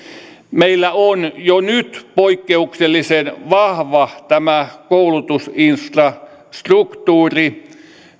meillä on jo nyt poikkeuksellisen vahva tämä koulutusinfrastruktuuri